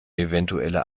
eventuelle